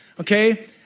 okay